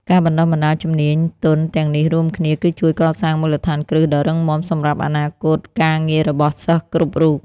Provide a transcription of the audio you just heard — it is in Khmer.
ការបណ្តុះបណ្តាលជំនាញទន់ទាំងនេះរួមគ្នាគឺជួយកសាងមូលដ្ឋានគ្រឹះដ៏រឹងមាំសម្រាប់អនាគតការងាររបស់សិស្សគ្រប់រូប។